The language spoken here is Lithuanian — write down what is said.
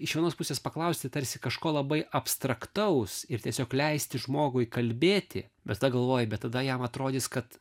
iš vienos pusės paklausti tarsi kažko labai abstraktaus ir tiesiog leisti žmogui kalbėti bet ta galvoji bet tada jam atrodys kad